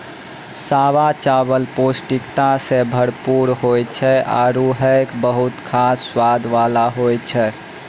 सावा चावल पौष्टिकता सें भरपूर होय छै आरु हय बहुत खास स्वाद वाला होय छै